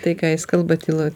tai ką jis kalba tyloj